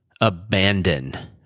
abandon